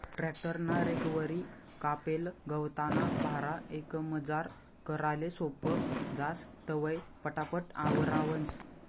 tractor ना रेकवरी कापेल गवतना भारा एकमजार कराले सोपं जास, तवंय पटापट आवरावंस